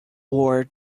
war